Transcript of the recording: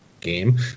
game